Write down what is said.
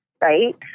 right